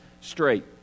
straight